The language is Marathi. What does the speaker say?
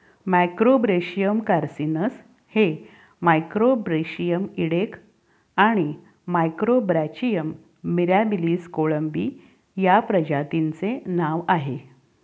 मॅक्रोब्रेशियम कार्सिनस हे मॅक्रोब्रेशियम इडेक आणि मॅक्रोब्रॅचियम मिराबिलिस कोळंबी या प्रजातींचे नाव आहे